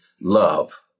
love